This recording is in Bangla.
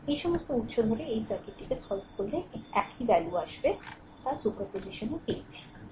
এই সমস্ত উৎস ধরে নিয়ে এই সার্কিটটিকে সল্ভ করলে একই ভ্যাল্যু আসে তা সুপারপোজিশনে পেয়েছি